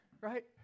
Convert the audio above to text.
right